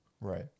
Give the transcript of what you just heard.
right